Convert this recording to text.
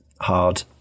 hard